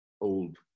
old